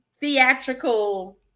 theatrical